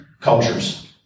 cultures